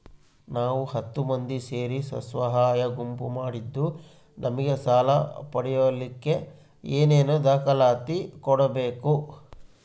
ನಾವು ಹತ್ತು ಮಂದಿ ಸೇರಿ ಸ್ವಸಹಾಯ ಗುಂಪು ಮಾಡಿದ್ದೂ ನಮಗೆ ಸಾಲ ಪಡೇಲಿಕ್ಕ ಏನೇನು ದಾಖಲಾತಿ ಕೊಡ್ಬೇಕು?